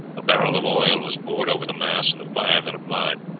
a barrel of oil was poured over the mass, and the fire then applied.